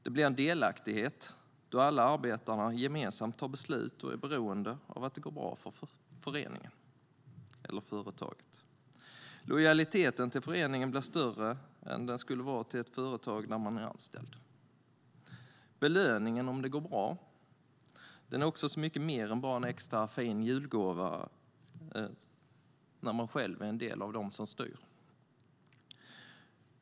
Det blir en delaktighet då alla arbetare gemensamt fattar beslut och är beroende av att det går bra för föreningen eller företaget. Lojaliteten till föreningen blir större än den skulle vara till ett företag där man är anställd. Belöningen, om det går bra, är mycket mer än bara en extra fin julgåva när man själv är del av de styrande.